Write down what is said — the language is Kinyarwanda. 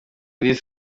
idriss